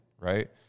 right